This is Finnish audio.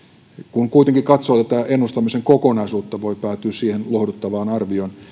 kun kuitenkin katsoo tätä ennustamisen kokonaisuutta voi päätyä siihen lohduttavaan arvioon